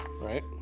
Right